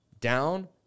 down